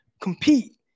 compete